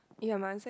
ya my answer